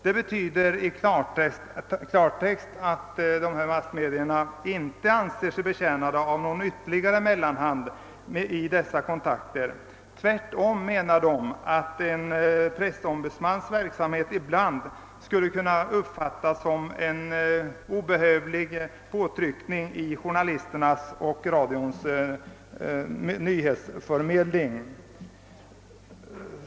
Det betyder i klartext att dessa massmedia inte anser sig betjänta av någon ytterligare mellanhand. De anser tvärtom att en pressombudsmans verksamhet understundom skulle kunna uppfattas som en obehövlig påtryckning vid journalisternas och radions nyhetsförmedling.